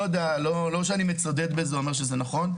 אני לא מצדד בזה או אומר שזה נכון,